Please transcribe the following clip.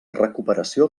recuperació